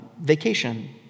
vacation